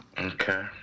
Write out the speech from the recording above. Okay